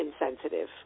insensitive